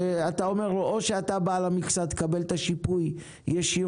שאתה אומר לא או שאתה בעל המכסה ותקבל את השיפוי ישירות,